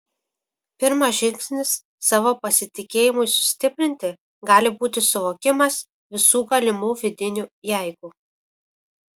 pirmas žingsnis savo pasitikėjimui sustiprinti gali būti suvokimas visų galimų vidinių jeigu